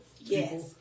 Yes